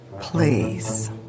please